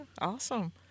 Awesome